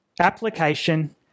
Application